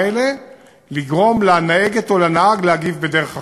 האלה לגרום לנהגת או לנהג להגיב בדרך אחרת.